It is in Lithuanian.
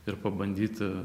ir pabandyti